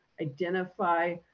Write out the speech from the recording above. identify